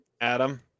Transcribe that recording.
Adam